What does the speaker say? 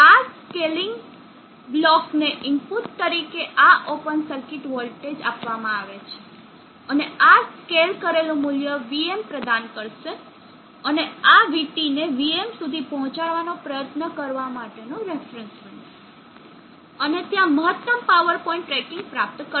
હવે આ scaling block ને ઇનપુટ તરીકે આ ઓપન સર્કિટ વોલ્ટેજ આપવામાં આવે છે અને આ સ્કેલ કરેલું મૂલ્ય vm પ્રદાન કરશે અને આ vT ને vm સુધી પહોંચાડવાનો પ્રયત્ન કરવા માટેનો રેફરન્સ બનશે અને ત્યાં મહત્તમ પાવર પોઇન્ટ ટ્રેકિંગ પ્રાપ્ત કરશે